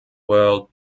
world